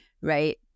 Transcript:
right